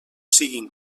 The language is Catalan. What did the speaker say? siguin